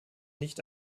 nicht